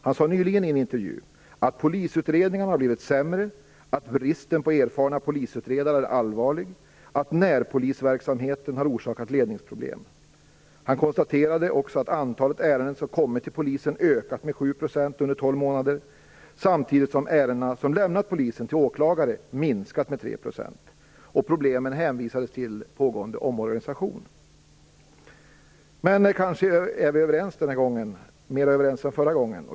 Han sade nyligen i en intervju att polisutredningarna har blivit sämre, att bristen på erfarna polisutredare är allvarlig och att närpolisverksamheten har orsakat ledningsproblem. Han konstaterade också att antalet ärenden som kommit till polisen ökat med 7 % under 12 månader, samtidigt som ärendena som lämnat polisen och gått till åklagare minskat med 3 %. Problemen hänvisades till pågående omorganisation. Men kanske är vi mer överens den här gången än förra.